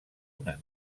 una